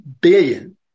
billion